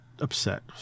upset